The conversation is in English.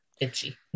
Itchy